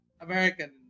american